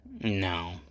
No